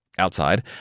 Outside